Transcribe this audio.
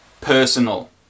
personal